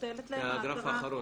מבוטלת להם ההכרה.